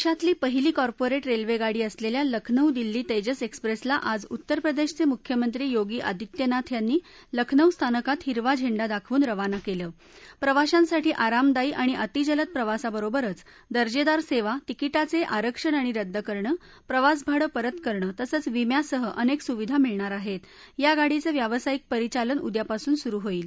दक्ष्मतली पहिली कार्पोरदृष् रस्त्विग्रिडी असलल्खा लखनौ दिल्ली तक्रिप्त एक्सप्रस्त्ली आज उत्तर प्रदक्षीच मुख्यमंत्री योगी आदित्यनाथ यांनी लखनौ स्थानकात हिरवा झेंडा दाखवून रवाना कल्प्रिवाशांसाठी आरामदायी आणि अतिजलद प्रवासाबरोबरच दर्जेदार सद्या तिकीटाचआरक्षण आणि रद्द करणं प्रवासभाडं परत करणं तसंच विम्यासह अनक्विसुविधा मिळणार आहप्ती या गाडीचं व्यावसायिक परिचालन उद्यापासून सुरु होईल